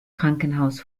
krankenhaus